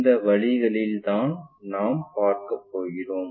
இந்த வழிகளில் தான் நாம் பார்க்கப் போகிறோம்